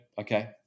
okay